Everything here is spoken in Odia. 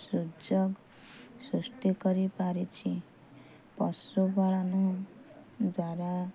ସୁଯୋଗ ସୃଷ୍ଟି କରିପାରିଛି ପଶୁପାଳନ ଦ୍ଵାରା